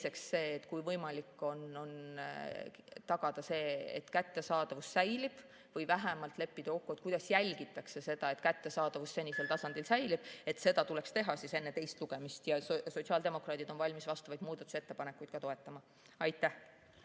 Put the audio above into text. teiseks, kui on võimalik, siis tagada see, et kättesaadavus säilib, või vähemalt leppida kokku, kuidas jälgitakse seda, et kättesaadavus senisel tasemel säilib. Seda tuleks teha enne teist lugemist ja sotsiaaldemokraadid on valmis vastavaid muudatusettepanekuid toetama. Aitäh!